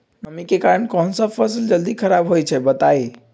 नमी के कारन कौन स फसल जल्दी खराब होई छई बताई?